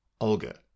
olga